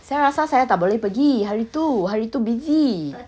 saya rasa saya tak boleh pergi hari tu hari tu busy